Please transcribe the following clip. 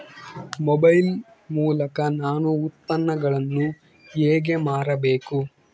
Mobile ಮೂಲಕ ನಾನು ಉತ್ಪನ್ನಗಳನ್ನು ಹೇಗೆ ಮಾರಬೇಕು?